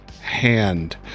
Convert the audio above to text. hand